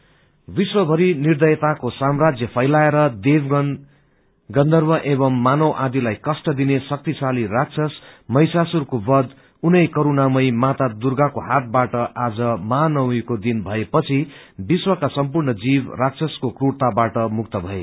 मार फेष्ट विश्वभरी निर्दयताको सामराज्य फैलाएर देवगण गर्न्दभ एवं मानव आदिलाई कष्ट दिने शक्तिशाली राक्षस महिषासुरको बध उनैकरूणामयी माता दुर्गाको हातबाट आज महानवमीको दिन भएपछि विश्वका सम्पूर्ण जीव राक्षसको कुरताबाट मुक्त भए